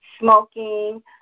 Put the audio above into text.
smoking